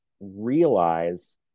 realize